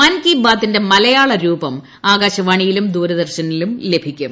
മൻ കി ബ്രാത്തിന്റെ മലയാള രൂപം ആകാശവാണിയിലും ദൂരദർശ്ശനിലും ലഭിക്കും